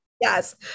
Yes